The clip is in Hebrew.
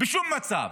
בשום מצב.